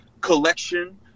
collection